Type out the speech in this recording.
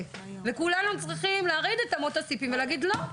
כולנו צריכים להרעיד את אמות הסיפים ולהגיד לא.